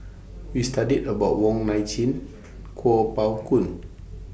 We studied about Wong Nai Chin Kuo Pao Kun